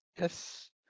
yes